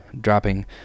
dropping